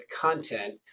content